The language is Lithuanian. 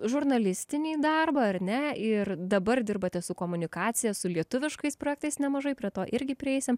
žurnalistinį darbą ar ne ir dabar dirbate su komunikacija su lietuviškais projektais nemažai prie to irgi prieisim